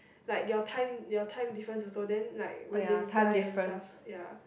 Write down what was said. like your time your time different also then like when they reply and stuff ya